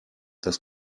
das